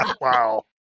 Wow